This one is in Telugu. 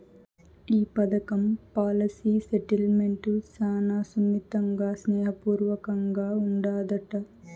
ఈ పదకం పాలసీ సెటిల్మెంటు శానా సున్నితంగా, స్నేహ పూర్వకంగా ఉండాదట